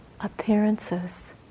appearances